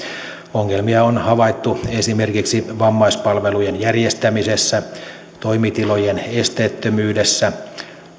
ongelmia on havaittu esimerkiksi vammaispalvelujen järjestämisessä toimitilojen esteettömyydessä